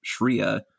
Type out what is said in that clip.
Shria